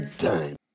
time